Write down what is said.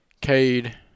Cade